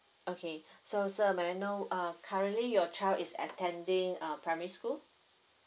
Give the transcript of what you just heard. okay so sir may I know uh currently your child is attending uh primary school